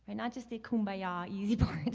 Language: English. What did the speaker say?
and not just the kum ba ya easy part,